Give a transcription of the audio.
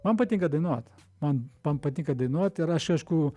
man patinka dainuot man man patinka dainuot ir aš aišku